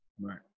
Right